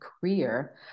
career